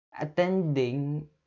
attending